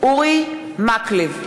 אורי מקלב,